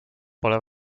pole